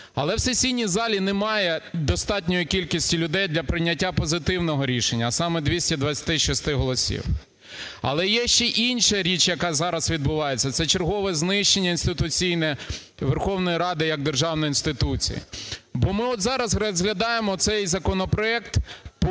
але в сесійній залі немає достатньої кількості людей для прийняття позитивного рішення, а саме 226 голосів. Але ще й інша річ, яка зараз відбувається, - це чергове знищення інституційне Верховної Ради як державної інституції, бо ми от зараз розглядаємо оцей законопроект по